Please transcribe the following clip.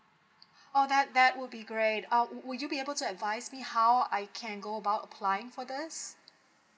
oh that that would be great um would you be able to advise me how I can go about applying for this